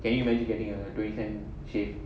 can you imagine getting a twenty cent shave